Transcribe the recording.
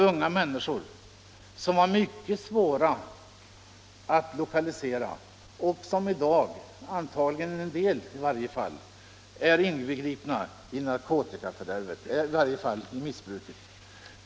De var mycket svåra att lokalisera, men i varje fall en del av dem var nu hemfallna åt missbruk.